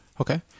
Okay